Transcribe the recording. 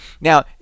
Now